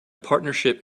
partnership